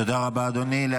תודה רבה, אדוני.